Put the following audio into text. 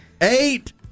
Eight